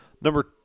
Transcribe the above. Number